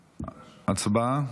הצבעה.